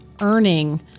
earning